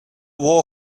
war